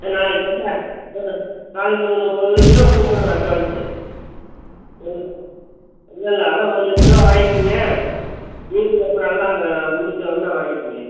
நாளைக்கு வந்து ஆ நாளைக்கு ஒரு ஒரு லட்ச ரூபா கொடுக்குறோங்க அட்வான்ஸு ஆ இல்லை இல்லை அதுதான் ஒரு லட்ச ரூபா வாய்ங்க்கிங்க மீதி அப்புறோம் எல்லாம் முடிச்சவொன்ன வாங்க்கிங்க